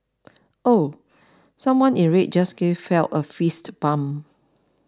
ooh someone in red just gave Phelps a fist bump